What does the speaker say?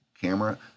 camera